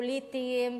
פוליטיים,